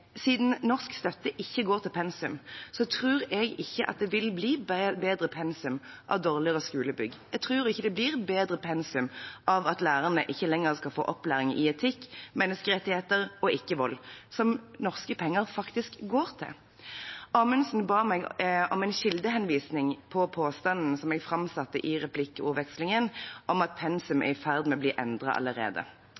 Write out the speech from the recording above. Siden norsk støtte ikke går til pensum, tror jeg ikke at det vil bli bedre pensum av dårligere skolebygg. Jeg tror ikke det blir bedre pensum av at lærerne ikke lenger skal få opplæring i etikk, menneskerettigheter og ikkevold, som norske penger faktisk går til. Amundsen ba meg om en kildehenvisning til påstanden som jeg framsatte i replikkordvekslingen, om at pensum